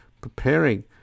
preparing